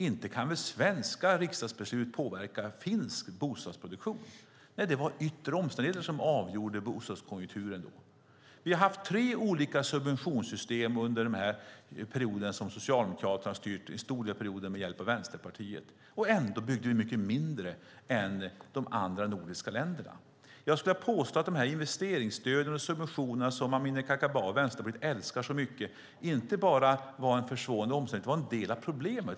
Inte kan väl svenska riksdagsbeslut påverka finsk bostadsproduktion? Nej, det var yttre omständigheter som avgjorde bostadskonjunkturen. Vi har haft tre olika subventionssystem under den period som Socialdemokraterna styrde med hjälp av Vänsterpartiet. Ändå byggde Sverige färre bostäder än de andra nordiska länderna. Jag vill påstå att investeringsstöden och subventionerna som Amineh Kakabaveh och Vänsterpartiet älskar så mycket inte bara var en försvårande omständighet utan var en del av problemet.